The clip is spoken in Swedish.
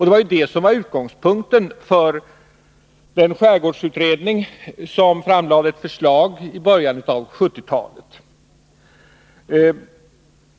Det var det som var utgångspunkten för den skärgårdsutredning som framlade ett förslag i början av 1970-talet.